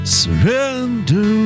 surrender